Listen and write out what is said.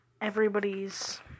everybody's